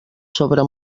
sobre